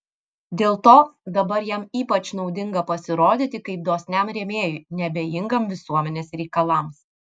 dėl to dabar jam ypač naudinga pasirodyti kaip dosniam rėmėjui neabejingam visuomenės reikalams